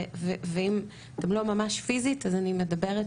ואם אתן לא ממש פיזית אז אני מדברת,